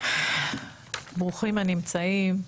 ברוכים הנמצאים.